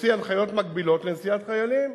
הוציא הנחיות חיילים מקבילות לנסיעת חיילים,